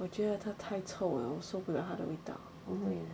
我觉他太臭 liao 我受不了他的味道